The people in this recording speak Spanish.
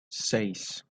seis